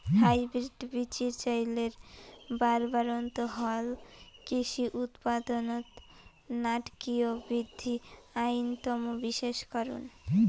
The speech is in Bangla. হাইব্রিড বীচির চইলের বাড়বাড়ন্ত হালকৃষি উৎপাদনত নাটকীয় বিদ্ধি অইন্যতম বিশেষ কারণ